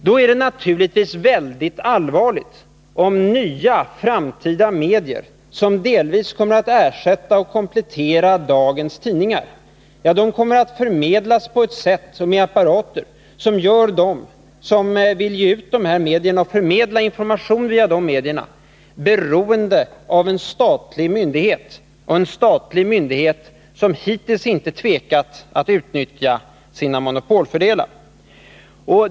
Då är det naturligtvis mycket allvarligt om nya framtidsmedier, som delvis kommer att ersätta eller i varje fall komplettera dagstidningar, kommer att förmedlas på ett sätt och med apparater som gör dem som vill ge ut medierna och förmedla information via dem beroende av en statlig myndighet som hittills inte tvekat att utnyttja sina monopolfördelar.